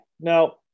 now